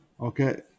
okay